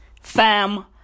Fam